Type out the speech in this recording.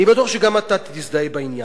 ואני בטוח שגם אתה תזדהה עם העניין,